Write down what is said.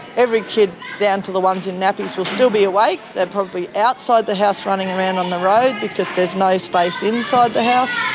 every kid, down to the ones in nappies will still be awake. they'll probably be outside the house running around on the road because there's no space inside the house.